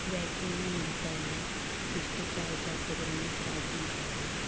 ಬ್ಯಾಟ್ರಿನು ನಿಲ್ತಾಯಿಲ್ಲ ಎಷ್ಟು ಚಾರ್ಜಾಕಿದ್ರೂ ಚಾರ್ಜಿಂಗಾಗಲ್ಲ